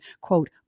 quote